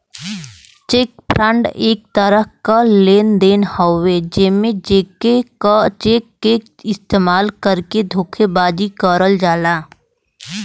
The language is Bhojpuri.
चेक फ्रॉड एक तरह क लेन देन हउवे जेमे चेक क इस्तेमाल करके धोखेबाजी करल जाला